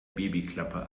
babyklappe